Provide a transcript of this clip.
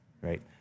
right